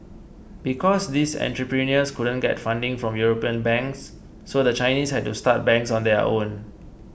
because these entrepreneurs couldn't get funding from European banks so the Chinese had to start banks on their own